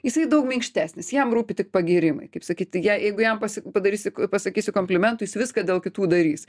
jisai daug minkštesnis jam rūpi tik pagyrimai kaip sakyti ja jeigu jam pasi padarysi pasakysi komplimentų jis viską dėl kitų darys